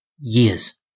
years